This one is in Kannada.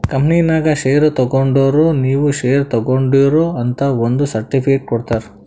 ಕಂಪನಿನಾಗ್ ಶೇರ್ ತಗೊಂಡುರ್ ನೀವೂ ಶೇರ್ ತಗೊಂಡೀರ್ ಅಂತ್ ಒಂದ್ ಸರ್ಟಿಫಿಕೇಟ್ ಕೊಡ್ತಾರ್